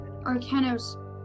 Arcanos